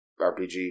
RPG